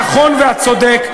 הנכון והצודק,